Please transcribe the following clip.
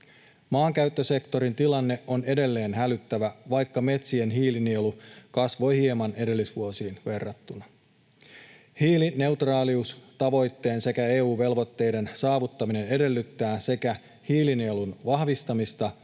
Maankäyttösektorin tilanne on edelleen hälyttävä, vaikka metsien hiilinielu kasvoi hieman edellisvuosiin verrattuna. Hiilineutraaliustavoitteen sekä EU:n velvoitteiden saavuttaminen edellyttää sekä hiilinielun vahvistamista